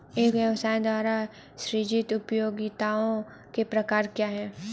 एक व्यवसाय द्वारा सृजित उपयोगिताओं के प्रकार क्या हैं?